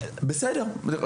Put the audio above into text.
בסדר.